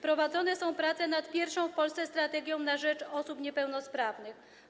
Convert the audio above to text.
Prowadzone są prace nad pierwszą w Polsce strategią na rzecz osób niepełnosprawnych.